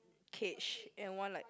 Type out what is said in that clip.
cage and one like